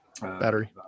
battery